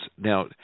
Now